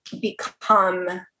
become